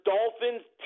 Dolphins